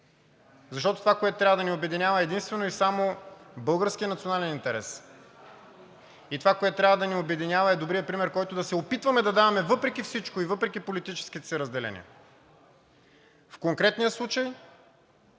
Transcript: защото това, което трябва да ни обединява, е единствено и само българският национален интерес. Това, което трябва да ни обединява, е добрият пример, който да се опитваме да даваме, въпреки всичко и въпреки политическите си разделения. В конкретния случай,